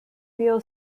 wheel